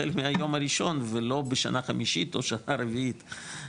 החל מהיום הראשון ולא בשנה החמישית או שנה רביעית.